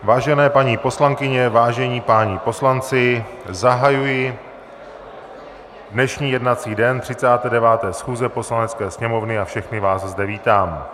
Vážené paní poslankyně, vážení páni poslanci, zahajuji dnešní jednací den 39. schůze Poslanecké sněmovny a všechny vás zde vítám.